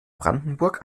brandenburg